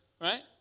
right